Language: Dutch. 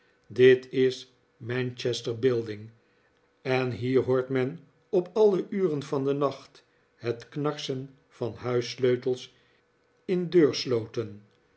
dit is manchester buildings en hier hpprt men op alle uren van den nacht het knarsen van huissleutels in deursloten